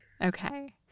Okay